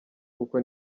kuko